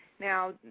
Now